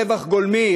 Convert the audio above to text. רווח גולמי,